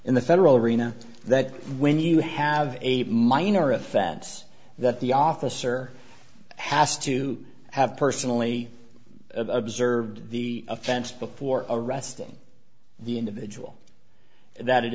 in the federal rayna that when you have a minor offense that the officer has to have personally observed the offense before arresting the individual that it